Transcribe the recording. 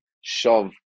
shove